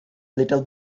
little